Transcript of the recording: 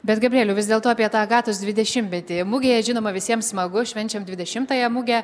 bet gabrieliau vis dėlto apie tą agatos dvidešimtmetį mugėje žinoma visiems smagu švenčiam dvidešimtąją mugę